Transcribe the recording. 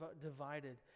divided